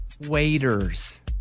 waiters